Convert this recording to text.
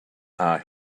are